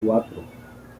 cuatro